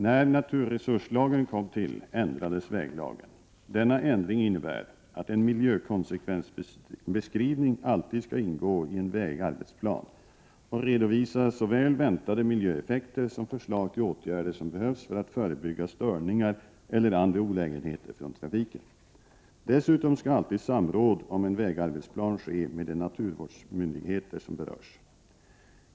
När naturresurslagen kom till ändrades väglagen. Denna ändring innebär att en miljökonsekvensbeskrivning alltid skall ingå i en vägarbetsplan och redovisa såväl väntade miljöeffekter som förslag till åtgärder som behövs för att förebygga störningar eller andra olägenheter från trafiken. Dessutom skall alltid samråd om en vägarbetsplan ske med de naturvårdsmyndigheter som berörs.